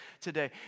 today